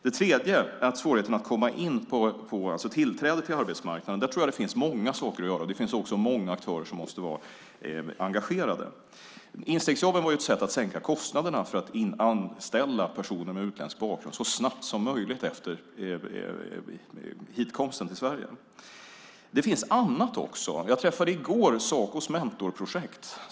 Det tredje problemet är svårigheten att få tillträde till arbetsmarknaden. Där finns det många saker att göra, och det många aktörer som måste vara engagerade. Instegsjobben var ett sätt att sänka kostnaderna för att anställa personer med utländsk bakgrund så snabbt som möjligt efter hitkomsten. Det finns annat också. I går träffade jag Sacos mentorprojekt.